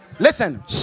Listen